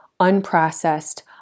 unprocessed